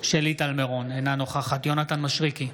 שלי טל מירון, אינה נוכחת יונתן מישרקי,